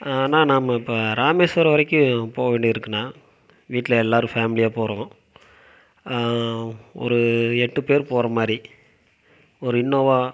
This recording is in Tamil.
அண்ணா நம்ம இப்போ இராமேஸ்வரம் வரைக்கும் போக வேண்டியது இருக்குதுண்ணா வீட்டில் எல்லாரும் ஃபேம்லியாக போகிறோம் ஒரு எட்டு பேர் போகிற மாதிரி ஒரு இன்னோவா